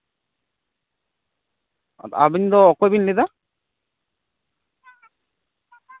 ᱟᱵᱮᱱ ᱫᱚ ᱚᱠᱚᱭᱵᱤᱱ ᱞᱟᱹᱭ ᱮᱫᱟ